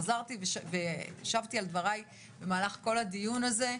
חזרתי ושבתי על דבריי במהלך כל הדיון הזה,